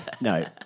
no